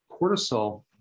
Cortisol